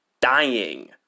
dying